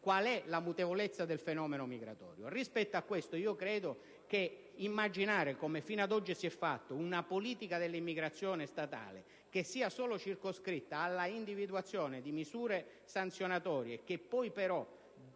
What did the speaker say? qual è la mutevolezza del fenomeno migratorio. Rispetto a questo, credo che non si possa immaginare, come fino ad oggi si è fatto, una politica dell'immigrazione statale che sia solo circoscritta alla individuazione di misure sanzionatorie che però